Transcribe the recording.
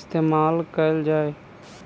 इस्तेमाल कैल जाए?